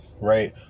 right